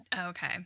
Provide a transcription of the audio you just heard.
Okay